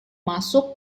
masuk